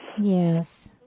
Yes